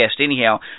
Anyhow